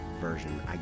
version